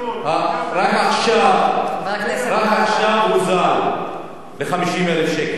רק עכשיו הוזל ל-50,000 שקל.